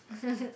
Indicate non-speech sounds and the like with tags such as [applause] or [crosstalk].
[laughs]